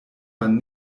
man